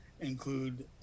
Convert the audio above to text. include